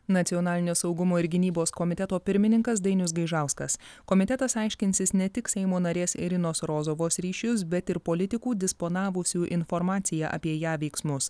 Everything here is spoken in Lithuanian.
nacionalinio saugumo ir gynybos komiteto pirmininkas dainius gaižauskas komitetas aiškinsis ne tik seimo narės irinos rozovos ryšius bet ir politikų disponavusių informacija apie ją veiksmus